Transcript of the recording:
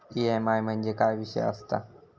EMI म्हणजे काय विषय आसता?